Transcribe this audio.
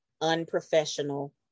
unprofessional